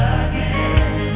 again